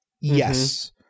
yes